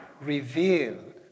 revealed